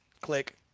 click